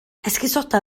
esgusoda